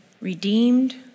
redeemed